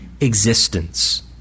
existence